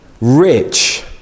rich